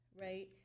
right